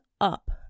up